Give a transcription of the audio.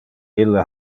ille